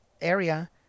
area